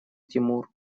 тимур